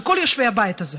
של כל יושבי הבית הזה,